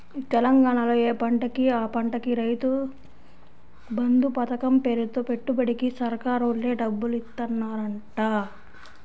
తెలంగాణాలో యే పంటకి ఆ పంటకి రైతు బంధు పతకం పేరుతో పెట్టుబడికి సర్కారోల్లే డబ్బులిత్తన్నారంట